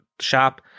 shop